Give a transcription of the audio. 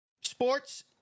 Sports